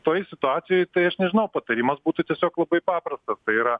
toj situacijoj tai aš nežinau patarimas būtų tiesiog labai paprastas tai yra